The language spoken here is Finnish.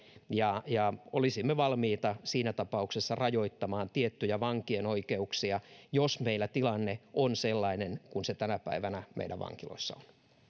ja ja olisimme valmiita siinä tapauksessa rajoittamaan tiettyjä vankien oikeuksia jos meillä tilanne on sellainen kuin se tänä päivänä meidän vankiloissa on